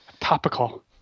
Topical